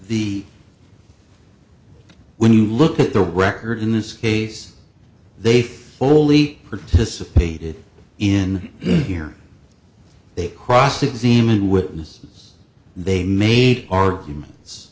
the when you look at the record in this case they fully participate it in here they cross examine witnesses they made arguments